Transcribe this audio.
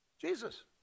Jesus